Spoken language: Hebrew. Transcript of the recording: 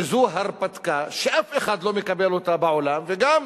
שזו הרפתקה שאף אחד לא מקבל אותה בעולם, וגם,